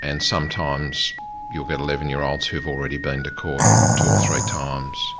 and sometimes you'll get eleven year olds who've already been to court two or three times.